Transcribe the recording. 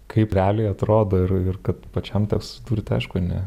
kaip realiai atrodo ir ir kad pačiam teks susidurt aišku ne